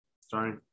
Sorry